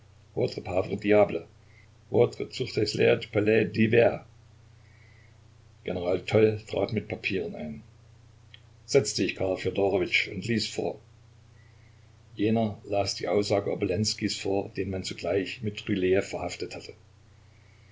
palais d'hiver general toll trat mit papieren ein setz dich karl fjodorowitsch und lies vor jener las die aussage obolenskijs vor den man zugleich mit rylejew verhaftet hatte